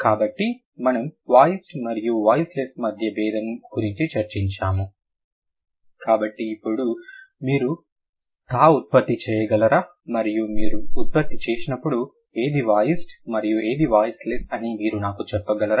కాబట్టి మేము వాయిస్డ్ మరియు వాయిస్లేస్ మధ్య భేదం గురించి చర్చించాము కాబట్టి మీరు ఇప్పుడు మీరు థా ఉత్పత్తి చేయగలరా మరియు మీరు ఉత్పత్తి చేసినపుడు ఏది వాయిస్డ్ మరియు ఏది వాయిస్లెస్ అని మీరు నాకు చెప్పగలరా